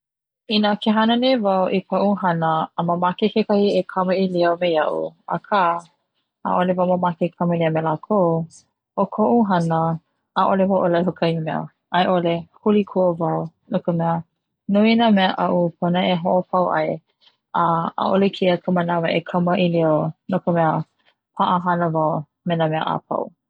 Ina ke hana nei wau i kaʻu hana a mamake keiki e kamaʻilio me iaʻu aka ʻaʻole wau mamake e kamaʻilio me lākou o koʻu hana ʻaʻole wau ʻolelo i kahi mea aiʻole huli kua wau, no ka mea nui na mea aʻu e hoʻopau ai a ʻaʻole keia ka manawa e kamaʻilio, no ka mea paʻahana wau me na mea a pau.